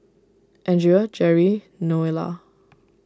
andrea Jeri Noelia